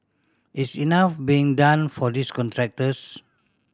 is enough being done for these contractors